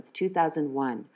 2001